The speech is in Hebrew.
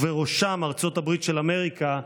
ובראשם ארצות הברית של אמריקה,